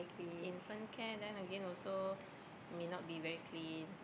infant care then again also may not be very clean